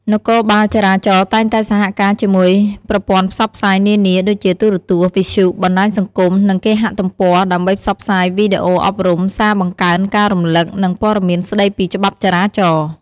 នគរបាលចរាចរណ៍តែងតែសហការជាមួយប្រព័ន្ធផ្សព្វផ្សាយនានា ដូចជាទូរទស្សន៍ វិទ្យុ បណ្តាញសង្គម និងគេហទំព័រ ដើម្បីផ្សព្វផ្សាយ វីដេអូអប់រំ សារបង្កើនការរំលឹក និងព័ត៌មានស្តីពីច្បាប់ចរាចរណ៍។